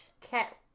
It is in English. Cat